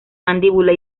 mandíbula